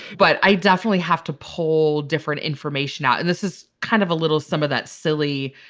but i definitely have to pull different information out and this is kind of a little some of that silly.